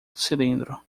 cilindro